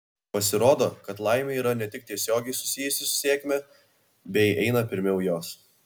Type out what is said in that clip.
pasirodo kad laimė yra ne tik tiesiogiai susijusi su sėkme bei eina pirmiau jos